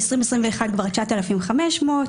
בשנת 2021 הוגשו כבר 9,500,